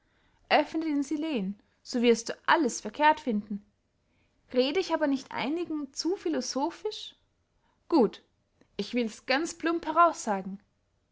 den silen so wirst alles verkehrt finden rede ich aber nicht einigen zu philosophisch gut ich wills ganz plump heraus sagen